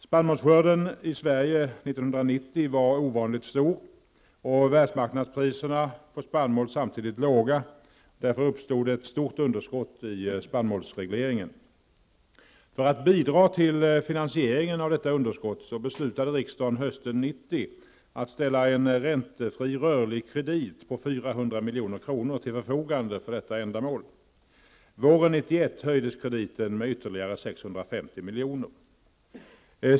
Spannmålsskörden i Sverige år 1990 var ovanligt stor och världsmarknadspriserna på spannmål samtidigt låga, varför det uppstod ett stort underskott i spannmålsregleringen. För att bidra till finansieringen av detta underskott beslutade riksdagen hösten 1990 att ställa en räntefri rörlig kredit på 400 milj.kr. till förfogande för detta ändamål. Våren 1991 höjdes krediten med ytterligare 650 milj.kr.